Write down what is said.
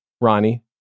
Ronnie